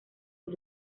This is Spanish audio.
del